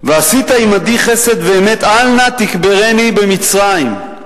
"ועשית עמדי חסד ואמת, אל נא תקברני במצרים".